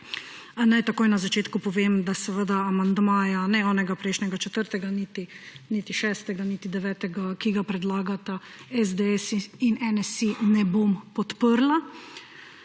Naj takoj na začetku povem, da amandmaja, ne prejšnjega četrtega niti šestega niti devetega, ki ga predlagata SDS in NSi, ne bom podprla.